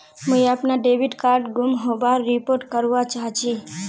मुई अपना debit card गूम होबार रिपोर्ट करवा चहची